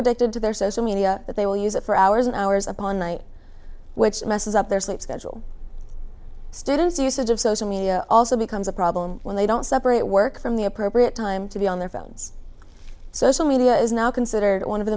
addicted to their social media that they will use it for hours and hours upon which messes up their sleep schedule students usage of social media also becomes a problem when they don't separate work from the appropriate time to be on their phones social media is now considered one of